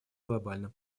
глобальным